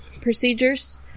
procedures